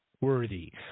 worthy